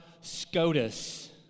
SCOTUS